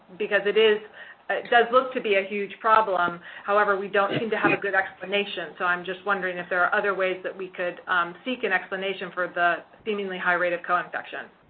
because it is, it does look to be a huge problem however, we don't seem to have a good explanation. so, i'm just wondering if there are other ways that we could seek an explanation for the seemingly high rate of co-infection.